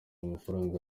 amafaranga